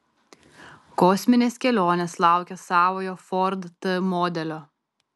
kosminės kelionės laukia savojo ford t modelio